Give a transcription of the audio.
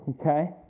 Okay